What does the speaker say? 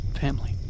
family